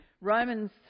Romans